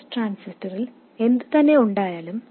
MOS ട്രാൻസിസ്റ്ററിൽ എന്തുതന്നെ ഉണ്ടായാലും